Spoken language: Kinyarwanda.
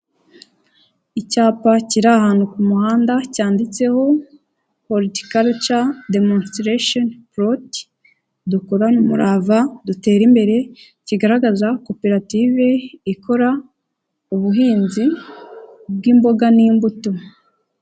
Icyapa kiri ahantu ku muhanda cyanditseho horitikarincya demonsitirashoni puroti dukorane umurava dutere imbere, kigaragaza koperative ikora ubuhinzi bw'imboga n'imbuto.